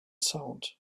sound